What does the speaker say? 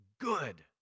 good